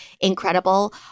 incredible